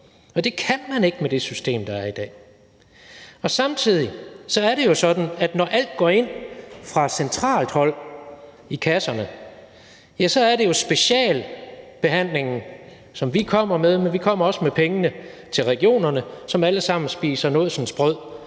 og det kan man ikke med det system, der er i dag. Samtidig er det jo sådan, at når alt kommer ind i kasserne fra centralt hold, så er det jo specialbehandlingen, som vi kommer med, men vi kommer også med pengene til regionerne, som alle sammen spiser nådsensbrød